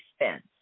expense